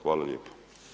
Hvala lijepo.